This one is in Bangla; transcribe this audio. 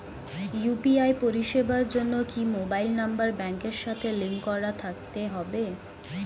ইউ.পি.আই পরিষেবার জন্য কি মোবাইল নাম্বার ব্যাংকের সাথে লিংক করা থাকতে হবে?